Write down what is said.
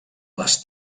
les